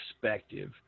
perspective